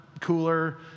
cooler